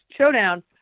showdown